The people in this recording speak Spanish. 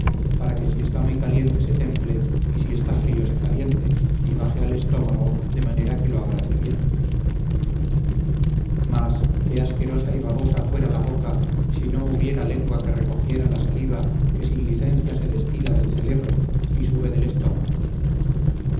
para que si está muy caliente se temple y si está frío se caliente y baje al estómago de manera que lo abrace bien mas qué asquerosa y babosa fuera la boca si no hubiera lengua que recogiera la saliva que sin licencia se destila del celebro y sube del estómago